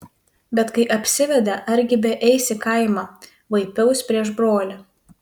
bet kai apsivedė argi beeis į kaimą vaipiaus prieš brolį